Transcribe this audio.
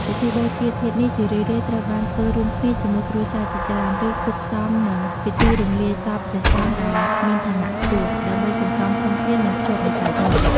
ពិធីបូជាធាតុនេះ ជារឿយៗត្រូវបានធ្វើរួមគ្នាជាមួយគ្រួសារជាច្រើន ឬគួបផ្សំនឹងពិធីរំលាយសពព្រះសង្ឃដែលមានឋានៈខ្ពស់ ដើម្បីសន្សំធនធាន និងភ្ជាប់និស្ស័យបុណ្យ។